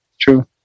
true